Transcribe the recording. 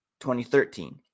2013